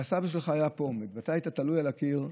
שהסבא שלך היה עומד פה ואתה היית תלוי על הקיר,